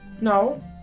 No